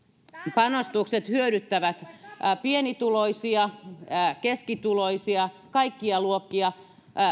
panostukset hyödyttävät pienituloisia keskituloisia kaikkia luokkia